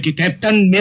captain!